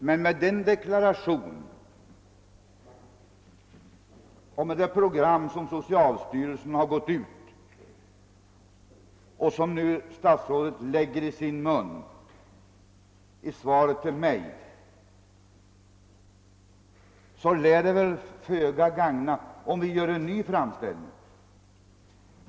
Men med den deklaration och med det program som socialstyrelsen har gått ut med och som statsrådet tar i sin mun i interpellationssvaret lär det väl gagna föga om vi gör en ny framställning.